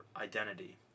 identity